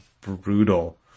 brutal